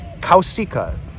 Kausika